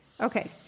Okay